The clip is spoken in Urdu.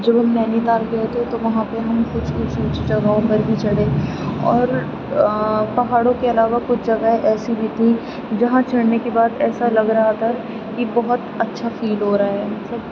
جب ہم نینی تال گئے تھے تو وہاں پہ ہم کچھ اونچی اونچی جگہوں پر بھی چڑھے اور پہاڑوں کے علاوہ کچھ جگہ ایسی بھی تھیں جہاں چڑھنے کے بعد ایسا لگ رہا تھا کہ بہت اچھا فیل ہو رہا ہے